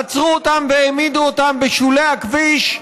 עצרו אותם והעמידו אותם בשולי הכביש,